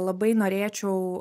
labai norėčiau